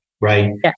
right